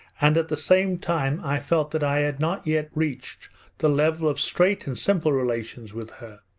and at the same time i felt that i had not yet reached the level of straight and simple relations with her.